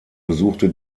besuchte